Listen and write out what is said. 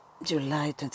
July